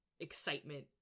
excitement